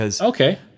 Okay